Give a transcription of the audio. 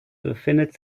befindet